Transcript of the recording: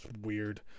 weird